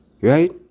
right